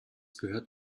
gehört